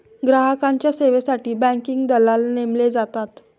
ग्राहकांच्या सेवेसाठी बँकिंग दलाल नेमले जातात